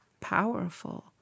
powerful